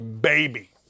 baby